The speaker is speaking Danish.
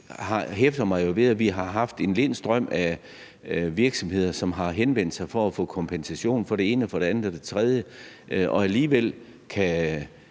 hæfter mig jo ved, at vi har haft en lind strøm af virksomheder, som har henvendt sig for at få kompensation for det ene og for det andet og for det tredje, men alligevel kan